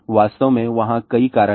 वास्तव में वहाँ कई कारण हैं